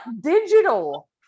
digital